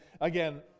again